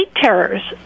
terrors